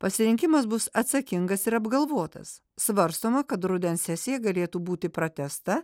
pasirinkimas bus atsakingas ir apgalvotas svarstoma kad rudens sesija galėtų būti pratęsta